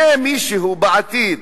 יהיה מישהו בעתיד,